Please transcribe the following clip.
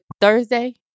Thursday